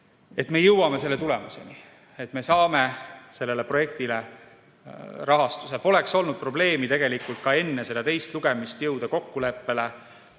et me jõuame selle tulemuseni, et me saame sellele projektile rahastuse. Poleks olnud probleem tegelikult ka enne seda teist lugemist jõuda kokkuleppele.